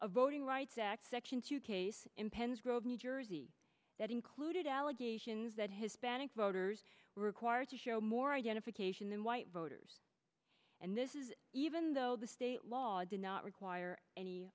a voting rights act section two case in pen's grove new jersey that included allegations that hispanic voters were required to show more identification than white voters and this is even though the state law did not require any